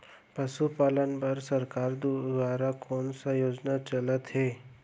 पशुपालन बर सरकार दुवारा कोन स योजना चलत हे?